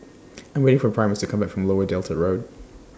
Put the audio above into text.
I'm waiting For Primus to Come Back from Lower Delta Road